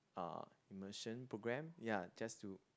uh immersion program ya just to